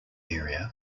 area